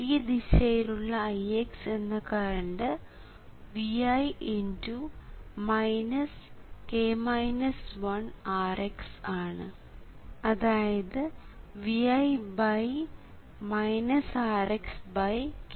ഈ ദിശയിലുള്ള Ix എന്ന കറണ്ട് Vi× Rx ആണ് അതായത് Vi Rx ആണ്